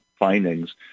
findings